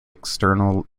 external